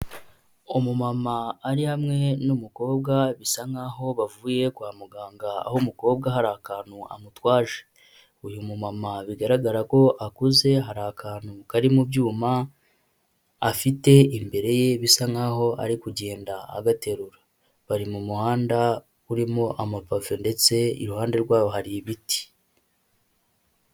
Umumama ari hamwe n'umukobwa bisa nkaho bavuye kwa muganga aho umukobwa hari akantu amutwaje. Uyu mumama bigaragara ko akuze hari akantu kari mu byuma, afite imbere ye bisa nkaho ari kugenda agaterura. Bari mu muhanda urimo amapave ndetse iruhande rwabo hari ibiti.